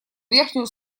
верхнюю